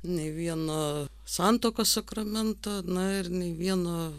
nei vieno santuokos sakramento na ir nei vieno